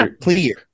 clear